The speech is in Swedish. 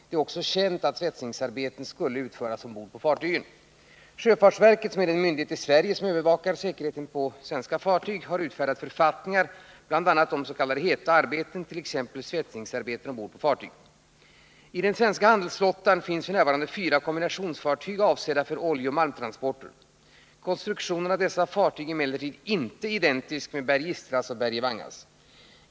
Det är också känt att svetsningsarbeten skulle utföras ombord på fartygen. Sjöfartsverket, som är den myndighet i Sverige som övervakar säkerheten på svenska fartyg, har utfärdat författningar bl.a. om s.k. heta arbeten, t.ex. svetsningsarbeten ombord på fartyg. I den svenska handelsflottan finns f. n. fyra kombinationsfartyg avsedda 157 för oljeoch malmtransporter. Konstruktionen av dessa fartyg är emellertid inte identisk med Berge Istras och Berge Vangas.